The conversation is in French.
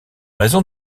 raison